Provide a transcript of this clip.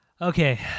Okay